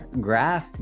graph